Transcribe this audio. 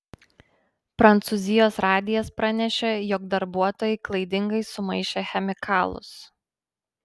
prancūzijos radijas pranešė jog darbuotojai klaidingai sumaišė chemikalus